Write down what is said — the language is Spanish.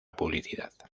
publicidad